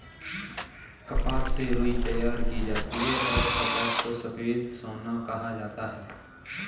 कपास से रुई तैयार की जाती हैंऔर कपास को सफेद सोना कहा जाता हैं